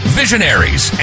visionaries